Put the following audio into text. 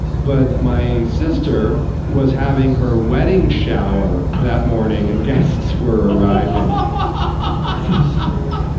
but my sister was having her wedding shower that morning and guests were arriving. and